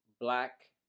black